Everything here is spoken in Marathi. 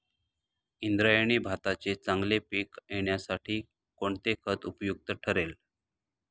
इंद्रायणी भाताचे चांगले पीक येण्यासाठी कोणते खत उपयुक्त ठरेल?